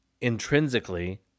intrinsically